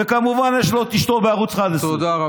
וכמובן יש לו את אשתו בערוץ 11. תודה רבה.